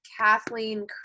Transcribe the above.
Kathleen